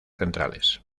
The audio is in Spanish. centrales